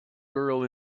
girl